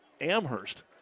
Amherst